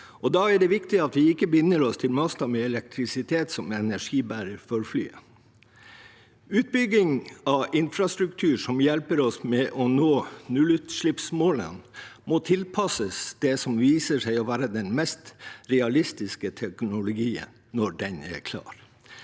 Da er det viktig at vi ikke binder oss til masten med elektrisitet som energibærer for flyene. Utbygging av infrastruktur som hjelper oss med å nå nullutslippsmålet, må tilpasses det som viser seg å være den mest realistiske teknologien når den klar.